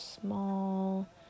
small